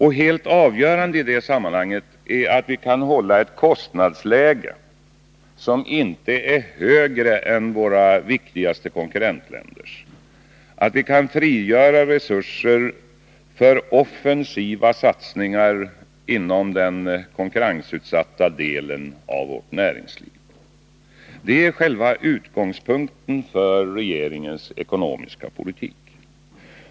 Helt avgörande i detta sammanhang är att vi kan hålla ett kostnadsläge som inte är högre än våra viktigaste konkurrentländers och att vi kan frigöra resurser för offensiva satsningar inom den konkurrensutsatta delen av vårt näringsliv. Detta är själva utgångspunkten för regeringens ekonomiska politik.